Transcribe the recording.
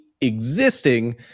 existing